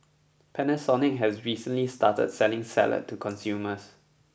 Panasonic has recently started selling salad to consumers